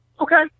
Okay